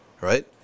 Right